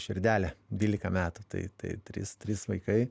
širdelė dvylika metų tai tai trys trys vaikai